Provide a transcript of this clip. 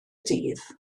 dydd